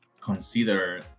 consider